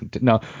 no